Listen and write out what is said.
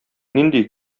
нинди